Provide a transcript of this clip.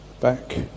back